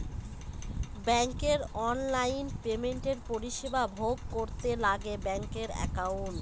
ব্যাঙ্কের অনলাইন পেমেন্টের পরিষেবা ভোগ করতে লাগে ব্যাঙ্কের একাউন্ট